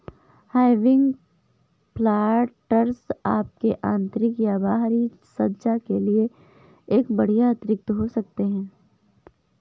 hanging planters आपके आंतरिक या बाहरी सज्जा के लिए एक बढ़िया अतिरिक्त हो सकते है